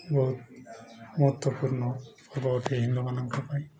ବହୁତ ମହତ୍ତ୍ୱପୂର୍ଣ୍ଣ ପର୍ବ ଅଟେ ହିନ୍ଦୁମାନଙ୍କ ପାଇଁ